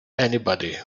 anybody